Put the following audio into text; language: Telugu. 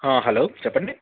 హలో చెప్పండి